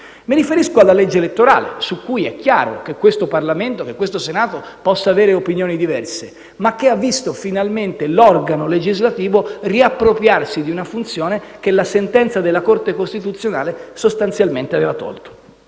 Mi riferisco alla legge elettorale, su cui è chiaro che questo Parlamento e questo Senato possano avere opinioni diverse, ma che ha visto finalmente l'organo legislativo riappropriarsi di una funzione che la sentenza della Corte costituzionale sostanzialmente gli aveva tolto.